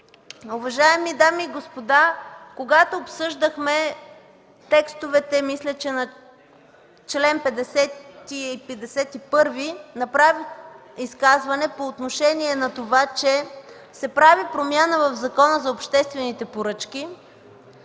Уважаеми дами и господа, когато обсъждахме текстовете на членове 50 и 51, направих изказване по отношение на това, че се прави промяна в Закона за обществените поръчки,